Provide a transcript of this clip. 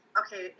okay